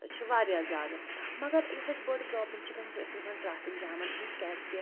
چھِ واریاہ زیادٕ مگر یۄس اسہِ بٔڑ پرٛابلِم چھِ گژھان سۄ چھِ اسہِ گژھان ٹرٛیفِک جامن ہنٛز کیٛازِکہِ